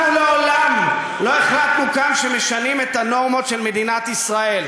אנחנו מעולם לא החלטנו כאן שמשנים את הנורמות של מדינת ישראל.